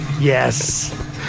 Yes